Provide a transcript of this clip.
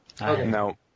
no